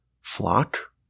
flock